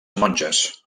monges